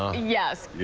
yes,